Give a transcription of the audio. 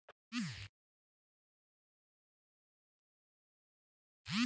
KG, litre, ಮೊಳ, ಮಣ, ಮುಂತಾದವುಗಳಲ್ಲಿ ರೈತ್ರು ತಮ್ಮ ಸರಕುಗಳನ್ನು ಅಳತೆ ಮಾಡಿಕೊಳ್ಳುತ್ತಾರೆ